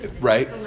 Right